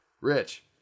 Rich